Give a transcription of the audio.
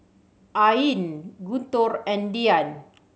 Ain Guntur and Dian